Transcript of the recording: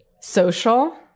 social